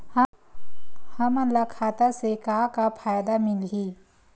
हमन ला खाता से का का फ़ायदा मिलही?